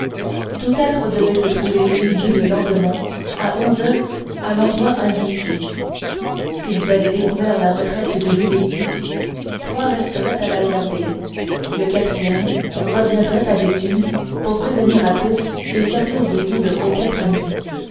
tous quatre devaient se trouver réunis le lendemain à onze heures à l'endroit indiqué s'ils avaient découvert la retraite de milady trois resteraient à la garder le quatrième reviendrait à béthune pour prévenir athos et servir de guide aux quatre amis